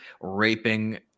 raping